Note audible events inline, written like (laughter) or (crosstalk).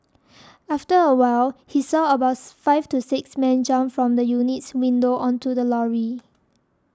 after a while he saw about (noise) five to six men jump from the unit's windows onto the lorry